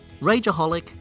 Rageaholic